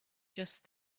just